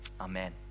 Amen